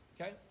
Okay